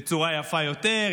בצורה יפה יותר,